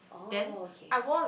oh okay